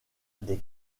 des